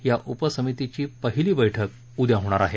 या उपसमितीची पहिली बैठक उद्या होणार आहे